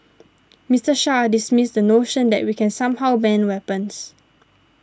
Mister Shah dismissed the notion that we can somehow ban weapons